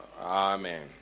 Amen